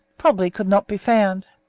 probably could not be found.